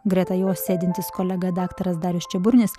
greta jos sėdintis kolega daktaras darius čiaburnis